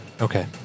Okay